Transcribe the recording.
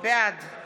בעד